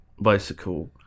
bicycle